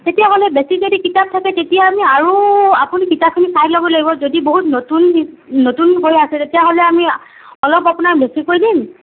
তেতিয়াহ'লে বেছি যদি কিতাপ থাকে তেতিয়া আমি আৰু আপুনি কিতাপখিনি চাই ল'ব লাগিব যদি বহুত নতুন নতুন হৈ আছে তেতিয়াহ'লে আমি অলপ আপোনাক বেছিকৈ দিম